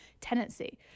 tenancy